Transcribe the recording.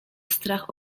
strach